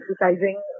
exercising